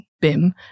BIM